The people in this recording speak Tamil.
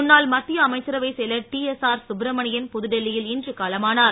முன்னாள் மத்திய அமைச்சரவைச் செயலார் டிஎஸ்ஆ ர் சு ப்ரமணியன் பு துடெல் லி யி ல் இன்று காலமானா ர்